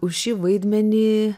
už šį vaidmenį